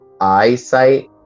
eyesight